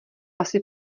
asi